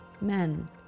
Men